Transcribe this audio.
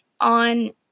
on